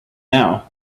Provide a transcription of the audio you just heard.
now